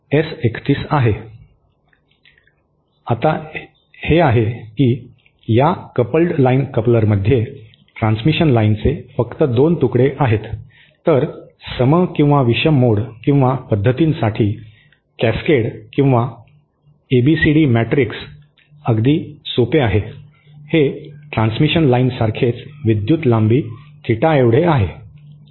आता हे आहे की या कपल्ड लाइन कपलरमध्ये ट्रांसमिशन लाइनचे फक्त 2 तुकडे आहेत तर सम किंवा विषम मोड किंवा पद्धतींसाठी कॅसकेड किंवा एबीसीडी मॅट्रिक्स अगदी सोपी आहे हे ट्रांसमिशन लाइनसारखेच विद्युत लांबी थीटाएवढे आहे